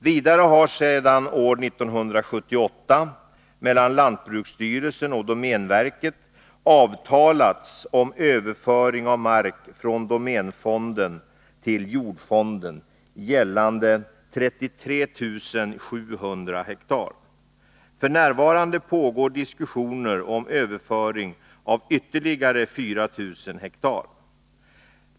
Vidare har sedan år 1978 mellan lantbruksstyrelsen och domänverket avtalats om överföring av mark från domänfonden till jordfonden gällande 33 700 ha. F. n. pågår diskussioner om överföring av ytterligare 4 000 ha.